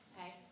Okay